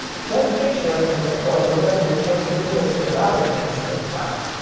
just make sure it can record whatever your chosen digital-spitter-outer thing spits out.